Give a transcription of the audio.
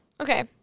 Okay